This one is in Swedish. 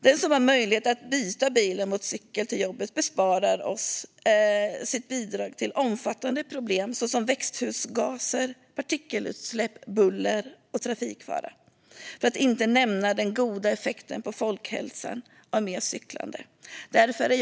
Den som har möjlighet att byta bilen mot cykel till jobbet besparar oss sitt bidrag till omfattande problem, såsom växthusgaser, partikelutsläpp, buller och trafikfara. Jag kan också nämna den goda effekten på folkhälsan av mer cyklande. Fru talman!